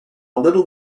little